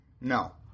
No